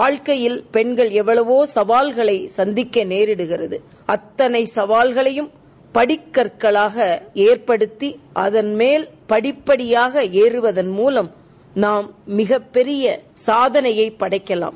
வாழ்க்கையில் பெண்கள் எல்வளவோ சவால்களை சந்திக்க நேரிடுகிறது அத்தனை சவால்களையும் படிக்கற்களாக ஏற்படுத்தி அதன்மேல் படிப்படியாக ஏறுவதன் டுவம் நாம் மிகப்பெரிய சாதனையை படைக்கலாம்